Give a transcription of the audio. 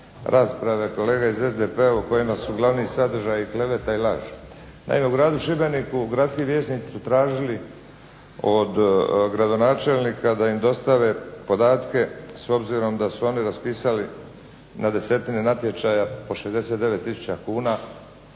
rasprave kolega iz SDP-a, u kojima su glavni sadržaji kleveta i laž. Naime u gradu Šibeniku gradski vijećnici su tražili od gradonačelnika da im dostave podatke, s obzirom da su oni raspisali na desetine natječaja po 69 tisuća